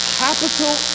capital